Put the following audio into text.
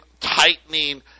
tightening